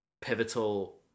pivotal